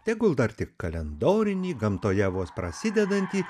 tegul dar tik kalendorinį gamtoje vos prasidedantį